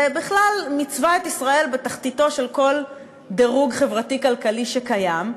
ובכלל מיצבה את ישראל בתחתיתו של כל דירוג חברתי-כלכלי שקיים.